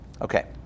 Okay